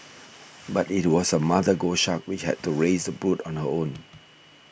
but it was the mother goshawk which had to raise the brood on her own